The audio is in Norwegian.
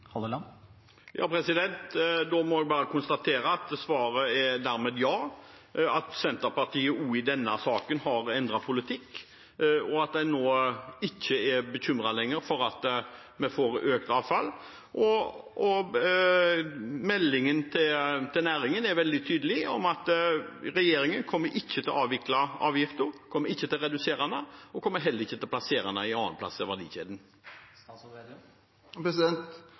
da må jeg bare konstatere at svaret dermed er ja, at Senterpartiet også i denne saken har endret politikk, og at en nå ikke lenger er bekymret for at vi får økt avfall. Og meldingen til næringen er veldig tydelig, at regjeringen kommer ikke til å avvikle avgiften, kommer ikke til å redusere den, og kommer heller ikke til å plassere den en annen